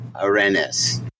Arenas